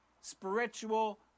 spiritual